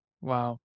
Wow